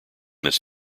this